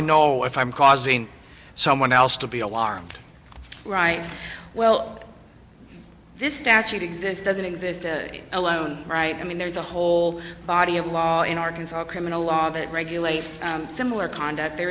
know if i'm causing someone else to be alarmed right well this statute exists doesn't exist alone right i mean there's a whole body of law in arkansas criminal law that regulates similar conduct there